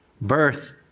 birth